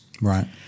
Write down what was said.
Right